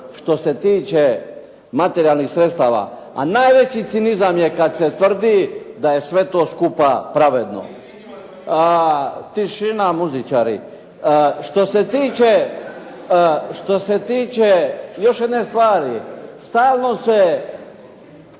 što se tiče materijalnih sredstava. A najveći cinizam je kad se tvrdi da je sve to skupa pravedno. …/Upadica se ne razumije./… Tišina muzičari. Što se tiče još jedne stvari. Stalno se